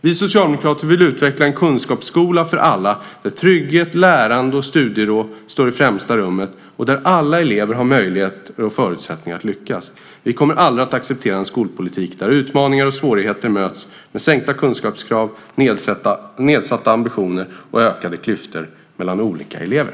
Vi socialdemokrater vill utveckla en kunskapsskola för alla där trygghet, lärande och studiero står i främsta rummet och där alla elever har möjligheter och förutsättningar att lyckas. Vi kommer aldrig att acceptera en skolpolitik där utmaningar och svårigheter möts med sänkta kunskapskrav, nedsatta ambitioner och ökade klyftor mellan olika elever.